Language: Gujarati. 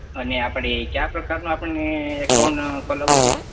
અને આપડે ક્યાં પ્રકારનું આપણને એકાઉન્ટ ખોલાવું છે